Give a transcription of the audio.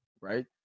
right